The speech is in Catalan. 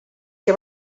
que